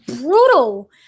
brutal